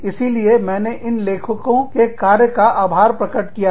इसीलिए मैं इन लेखकों के कार्य का आभार प्रकट किया है